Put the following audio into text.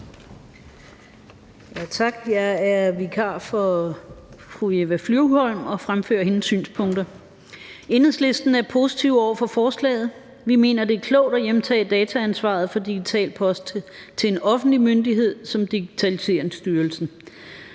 Jeg er vikar for fru Eva Flyvholm og fremfører hendes synspunkter. Enhedslisten er positive over for forslaget. Vi mener, det er klogt at hjemtage dataansvaret for Digital Post til en offentlig myndighed som Digitaliseringsstyrelsen.